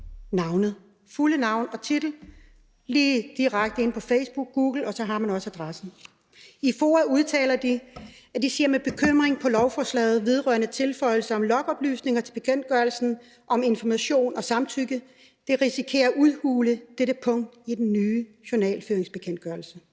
har man også adressen. Kl. 10:26 I FOA udtaler de, at de ser med bekymring på lovforslaget vedrørende tilføjelser om logoplysninger til bekendtgørelsen om information og samtykke; det risikerer at udhule dette punkt i den nye journalføringsbekendtgørelse.